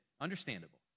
Understandable